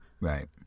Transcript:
right